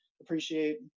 appreciate